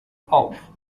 auf